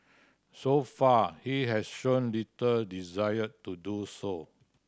so far he has shown little desire to do so